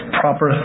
proper